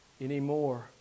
anymore